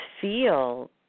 feel